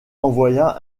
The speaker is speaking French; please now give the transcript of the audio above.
envoya